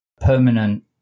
permanent